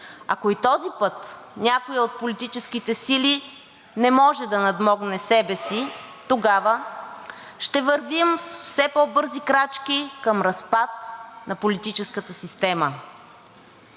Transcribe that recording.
Ако и този път някоя от политическите сили не може да надмогне себе си, тогава ще вървим с все по-бързи крачки към разпад на политическата система.